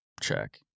Check